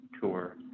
Tour